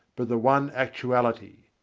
but the one actuality.